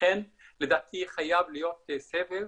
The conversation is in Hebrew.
לכן לדעתי חייב להיות סבב